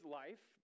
life